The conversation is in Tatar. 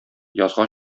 язга